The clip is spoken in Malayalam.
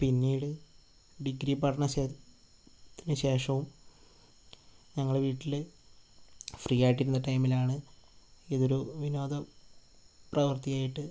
പിന്നീട് ഡിഗ്രി പഠനത്തിന് ശേഷവും ഞങ്ങൾ വീട്ടിൽ ഫ്രീയായിട്ടിരുന്ന ടൈമിലാണ് ഇതൊരു വിനോദ പ്രവർത്തിയായിട്ട്